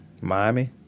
Miami